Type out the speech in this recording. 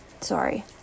Sorry